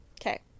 okay